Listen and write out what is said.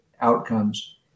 outcomes